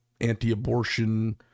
anti-abortion